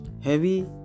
HEAVY